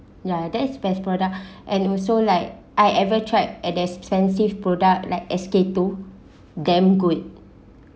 ya that is best product and also like I ever tried at expensive product like S_K two damn good